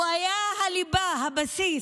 הוא היה הליבה, הבסיס.